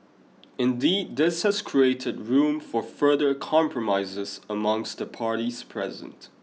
indeed this has created room for further compromises amongst the parties present